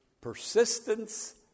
persistence